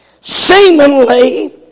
seemingly